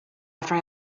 after